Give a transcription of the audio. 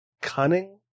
cunning